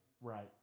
Right